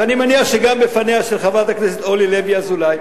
ואני מניח שגם בפני חברת הכנסת אורלי לוי אבקסיס,